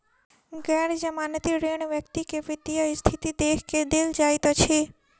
गैर जमानती ऋण व्यक्ति के वित्तीय स्थिति देख के देल जाइत अछि